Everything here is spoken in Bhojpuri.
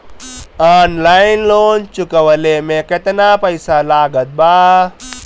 ऑनलाइन लोन चुकवले मे केतना पईसा लागत बा?